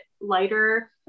lighter